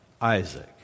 Isaac